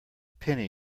penny